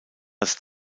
als